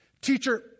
Teacher